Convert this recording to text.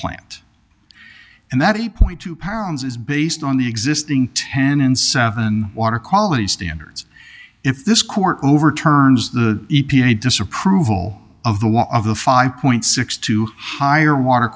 plant and that eight point two pounds is based on the existing ten and seven water quality standards if this court overturns the e p a disapproval of the war of the five point six to higher water